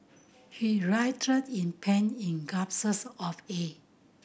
he writhed in pain in gasped of air